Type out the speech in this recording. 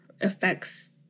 affects